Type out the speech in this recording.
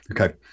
Okay